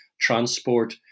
transport